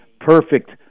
perfect